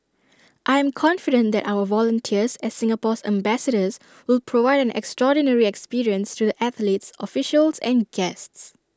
I am confident that our volunteers as Singapore's ambassadors will provide an extraordinary experience to the athletes officials and guests